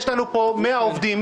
יש לנו פה 100 עובדים,